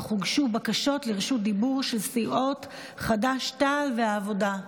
אך הוגשו בקשות לרשות דיבור של סיעות חד"ש-תע"ל והעבודה.